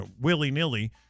willy-nilly